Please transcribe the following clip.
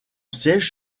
siège